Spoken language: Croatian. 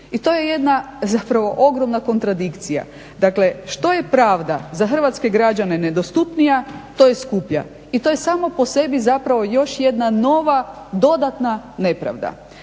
i to je jedna, zapravo ogromna kontradikcija. Dakle, što je pravda za hrvatske građane nedostupnija, to je skuplja i to je samo po sebi zapravo još jedna nova dodatna nepravda.